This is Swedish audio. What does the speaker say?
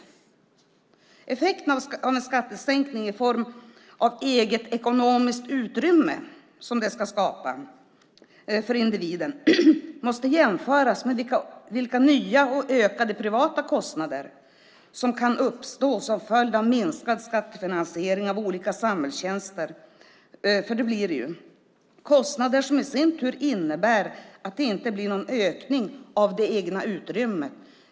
Effekterna av en skattesänkning i form av eget ekonomiskt utrymme för individen måste jämföras med vilka nya och ökade privata kostnader som kan uppstå som följd av minskad skattefinansiering av olika samhällstjänster. Det är kostnader som i sin tur innebär att det inte blir någon ökning av det egna utrymmet.